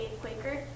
Quaker